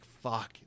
fuck